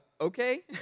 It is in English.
Okay